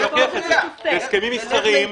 (היו"ר איתן כבל, 11:41)